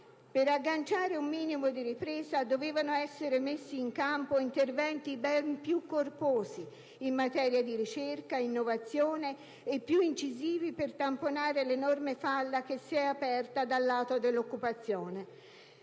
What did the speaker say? Per agganciare un minimo di ripresa, dovevano essere messi in campo interventi ben più corposi, in materia di ricerca ed innovazione, e più incisivi, per tamponare l'enorme falla che si è aperta dal lato dell'occupazione.